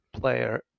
player